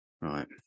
right